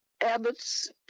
Abbott's